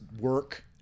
work